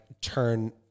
turn